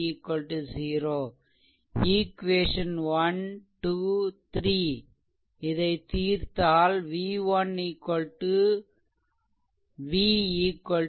equation 1 2 3 தீர்த்தால் v v1 4